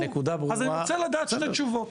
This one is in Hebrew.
אני רוצה לדעת שתי תשובות,